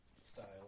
style